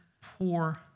poor